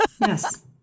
Yes